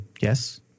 Yes